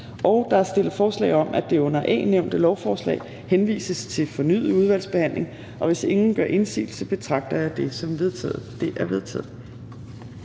Der er stillet forslag om, at det under A nævnte lovforslag henvises til fornyet udvalgsbehandling. Hvis ingen gør indsigelse, betragter det som vedtaget.